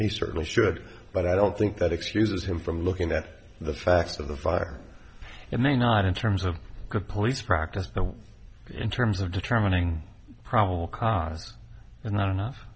he certainly should but i don't think that excuses him from looking at the facts of the fire it may not in terms of good police practice in terms of determining probable cause and not enough